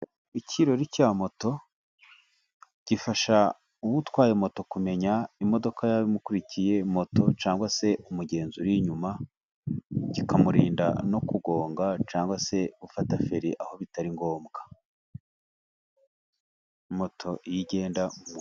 Ikirori cya moto gifasha utwaye moto kumenya imodoka yaba imukurikiye, moto cyangwa se umugenzi uri inyuma, kikamurinda no kugonga cyangwa se gufata feri aho bitari ngombwa, moto iyo igenda.